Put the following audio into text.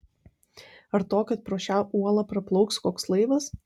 ar to kad pro šią uolą praplauks koks laivas